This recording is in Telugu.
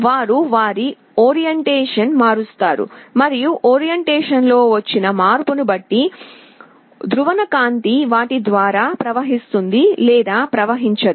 వారు వారి ఓరియెంటేషన్ మారుస్తారు మరియు ఓరియెంటేషన్ లో వచ్చిన మార్పును బట్టి ధ్రువణ కాంతి వాటి ద్వారా ప్రవహిస్తుంది లేదా ప్రవహించదు